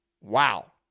Wow